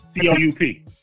C-O-U-P